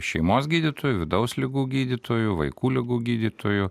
šeimos gydytojų vidaus ligų gydytojų vaikų ligų gydytojų